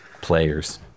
players